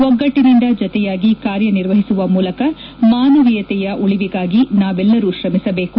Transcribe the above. ಒಗ್ಗಟ್ಟನಿಂದ ಜತೆಯಾಗಿ ಕಾರ್ಯನಿರ್ವಹಿಸುವ ಮೂಲಕ ಮಾನವೀಯತೆಯ ಉಳವಿಗಾಗಿ ನಾವೆಲ್ಲರೂ ತ್ರಮಿಸಬೇಕು